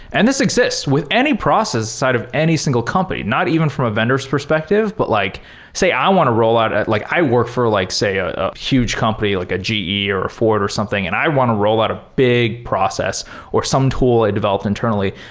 and this exists with any process side of any single company, not even from a vendor's perspective, but like say i want to roll out i like i work for like, say, a a huge company like a ge or a ford or something and i want to roll out a big process or some tool i developed internally.